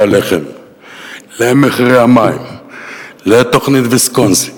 הלחם למחירי המים לתוכנית ויסקונסין,